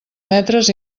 metres